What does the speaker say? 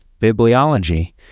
bibliology